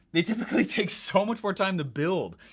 they typically take so much more time to build.